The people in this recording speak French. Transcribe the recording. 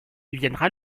deviendra